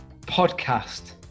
podcast